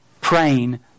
praying